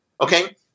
Okay